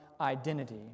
identity